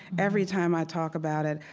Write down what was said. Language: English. every time i talk about it,